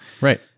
right